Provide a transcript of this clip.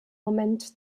moment